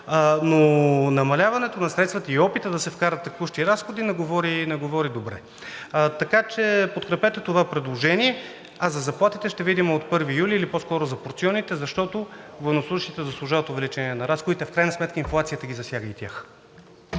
но намаляването на средствата и опитът да се вкарат текущи разходи не говори добре. Подкрепете това предложение, а за заплатите ще видим от 1 юли, или по-скоро за порционите, защото военнослужещите заслужават увеличение на разходите. В крайна сметка инфлацията ги засяга и тях.